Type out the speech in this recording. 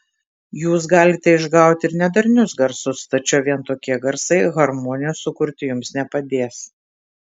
jūs galite išgauti ir nedarnius garsus tačiau vien tokie garsai harmonijos sukurti jums nepadės